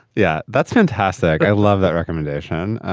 yeah, that's fantastic. i love that recommendation.